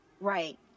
Right